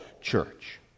church